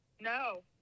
No